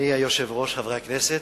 אדוני היושב-ראש, חברי הכנסת,